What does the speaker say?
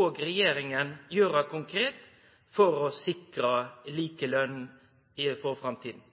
og regjeringa gjere konkret – kva for initiativ vil ein ta – for å sikre likelønn for framtida?